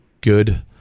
good